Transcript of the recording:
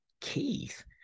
Keith